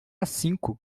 cinco